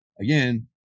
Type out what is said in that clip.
again